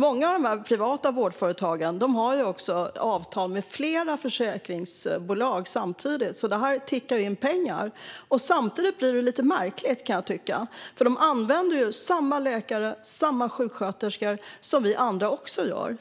Många av de privata vårdföretagen har också avtal med flera försäkringsbolag samtidigt, så det tickar in pengar. Samtidigt blir det lite märkligt, kan jag tycka, eftersom de använder samma läkare och samma sjuksköterskor som vi andra. Är